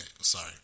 sorry